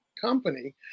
company